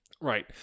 right